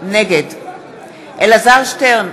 נגד אלעזר שטרן,